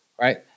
right